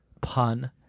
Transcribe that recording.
pun